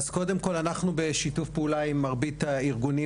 אז קודם כל אנחנו בשיתוף פעולה עם מרבית הארגונים